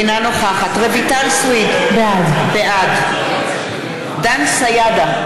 אינה נוכחת רויטל סויד, בעד דן סידה,